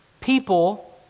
People